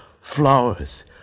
flowers